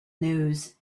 news